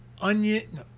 onion